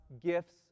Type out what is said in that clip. gifts